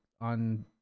on